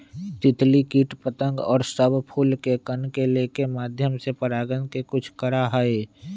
तितली कीट पतंग और सब फूल के कण के लेके माध्यम से परागण के कुछ करा हई